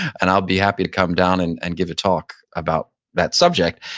and i'll be happy to come down and and give a talk about that subject.